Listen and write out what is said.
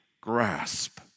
grasp